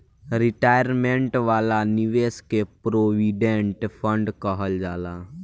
retirement वाला निवेश के प्रोविडेंट फण्ड कहल जाला